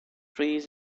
trees